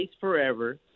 forever